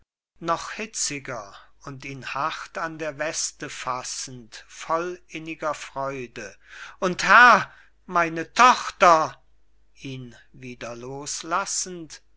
noch hitziger und ihn hart an der weste fassend voll inniger freude und herr meine tochter ihn werden loslassend